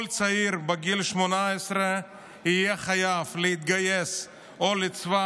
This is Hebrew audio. כל צעיר בגיל 18 יהיה חייב להתגייס לצבא